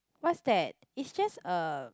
what's that it's just a